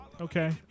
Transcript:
Okay